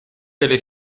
delle